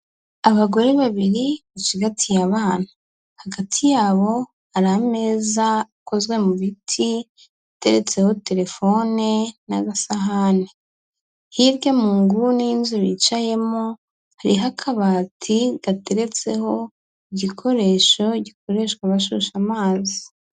Abagore babiri bacigatiye abana, hagati yabo hari ameza akozwe mu biti ateretseho telefone n'agasahane, hirya mu ngu y'inzu bicayemo hariho akabati gateretseho igikoresho gikoreshwa bashyushya amazi.